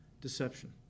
deception